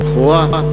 בכורה.